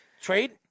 Trade